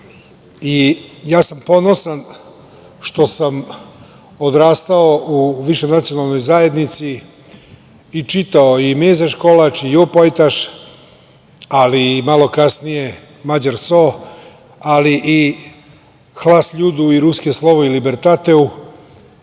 Ja sam ponosan što sam odrastao u višenacionalnoj zajednici i čitao i „Mezeškalač“ i „Jo pajtaš“, ali malo kasnije „Mađar so“, ali i „Hlas ljudu“ i „Ruske slovo“ i „Libertateu“,